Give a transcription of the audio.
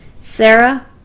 Sarah